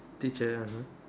teacher (uh huh)